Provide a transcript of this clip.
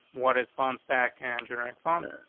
what is found stack and uric phones.